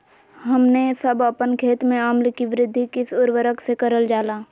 हमने सब अपन खेत में अम्ल कि वृद्धि किस उर्वरक से करलजाला?